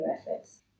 efforts